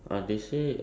good guy